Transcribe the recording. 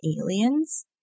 Aliens